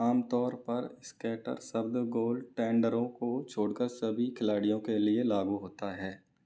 आमतौर पर स्केटर शब्द गोल टेंडरों को छोड़ कर सभी खिलाड़ियों के लिए लागू होता है